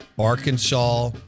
Arkansas